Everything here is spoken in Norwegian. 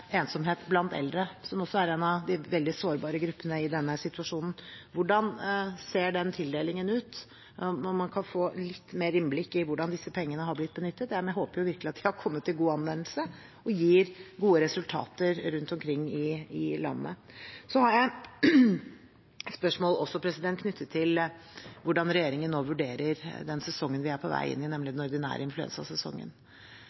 ensomhet blant eldre, som er en av de veldig sårbare gruppene i denne situasjonen. Hvordan ser den tildelingen ut? Kan man få litt mer innblikk i hvordan disse pengene har blitt benyttet? Jeg håper virkelig at de har kommet til god anvendelse og gir gode resultater rundt omkring i landet. Jeg har også et spørsmål om hvordan regjeringen nå vurderer den sesongen vi er på vei inn i, nemlig